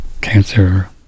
cancer